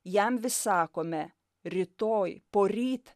jam vis sakome rytoj poryt